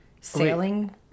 sailing